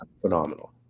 phenomenal